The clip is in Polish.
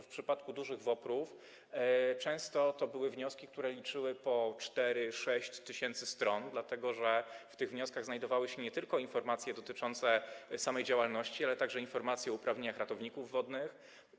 W przypadku dużych WOPR-ów często były to wnioski, które liczyły po 4–6 tys. stron, dlatego że w tych wnioskach znajdowały się nie tylko informacje dotyczące samej działalności, ale także informacje o uprawnieniach ratowników wodnych.